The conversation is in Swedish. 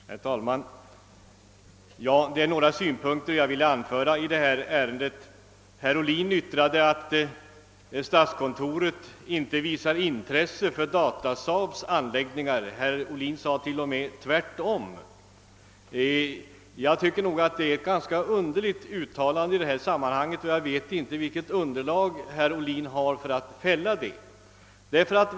Herr talman! Jag vill anföra några synpunkter i detta ärende. Herr Ohlin yttrade att statskontoret inte visar intresse för Data-SAAB:s anläggningar, men jag tycker att detta är ett ganska överraskande uttalande och jag vet inte vilket underlag herr Ohlin har för det.